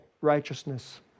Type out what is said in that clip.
righteousness